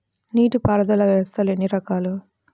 నీటిపారుదల వ్యవస్థలు ఎన్ని రకాలు?